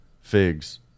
figs